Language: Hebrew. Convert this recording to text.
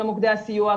למוקדי הסיוע,